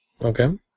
Okay